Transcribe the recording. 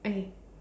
okay